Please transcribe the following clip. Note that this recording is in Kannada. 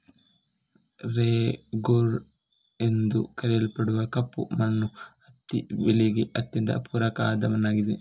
ರೇಗೂರ್ ಎಂದು ಕರೆಯಲ್ಪಡುವ ಕಪ್ಪು ಮಣ್ಣು ಹತ್ತಿ ಬೆಳೆಗೆ ಅತ್ಯಂತ ಪೂರಕ ಆದ ಮಣ್ಣಾಗಿದೆ